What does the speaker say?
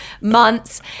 months